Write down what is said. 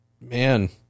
man